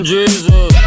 Jesus